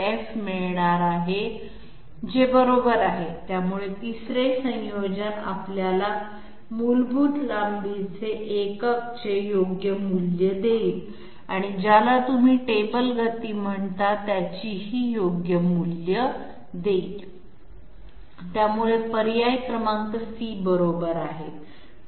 02×f मिळणार आहे जे बरोबर आहे त्यामुळे तिसरे संयोजन आपल्याला मुलभूत लांबीचे एकक चे योग्य मूल्ये देईल आणि ज्याला तुम्ही टेबल गती म्हणता त्याचीही योग्य मूल्य देईल त्यामुळे पर्याय क्रमांक C बरोबर आहे